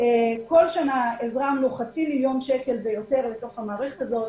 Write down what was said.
בכל שנה הזרמנו חצי מיליון שקל ויותר לתוך המערכת הזאת,